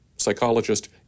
psychologist